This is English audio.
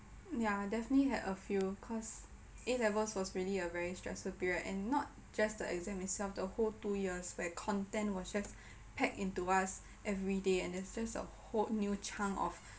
yeah definitely had a few cause A levels was really a very stressful period and not just the exam itself the whole two years where content was just packed into us every day and it's just a whole new chunk of